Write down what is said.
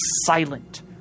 silent